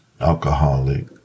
alcoholic